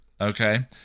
okay